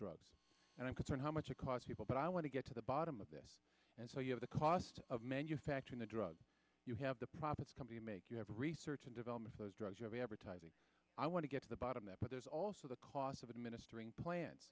drugs and i'm concerned how much it cost people but i want to get to the bottom of this and so you have the cost of manufacturing the drugs you have the profits company make you have research and development those drugs you have every time i want to get to the bottom that but there's also the cost of administering plan